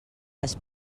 les